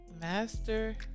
master